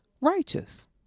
righteous